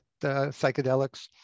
psychedelics